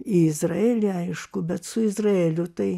į izraelį aišku bet su izraeliu tai